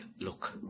look